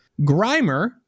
grimer